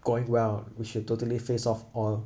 going well we should totally phase off oil